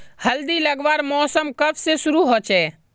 हल्दी लगवार मौसम कब से शुरू होचए?